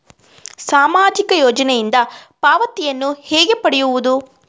ಸಾಮಾಜಿಕ ಯೋಜನೆಯಿಂದ ಪಾವತಿಯನ್ನು ಹೇಗೆ ಪಡೆಯುವುದು?